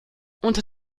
unter